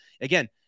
again